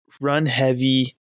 run-heavy